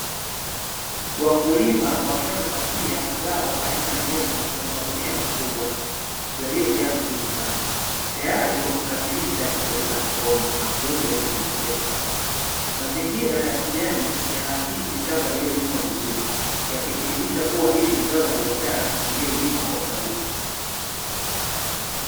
Wakulima wakiwa wamepakia zao aina ya mihogo kwenye magunia makubwa yaliyojaa vizuri sana, tayari kwa kusafirisha kupelekwa sokoni na kuuza ili kujipatia kipato. Mazingira ya kijani yanaakisi shamba lililolimwa vizuri, yakithibitisha kuwa hili na zao la biashara lililolimwa kwa faida.